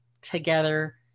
together